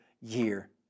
year